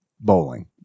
Bowling